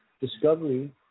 discovery